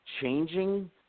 changing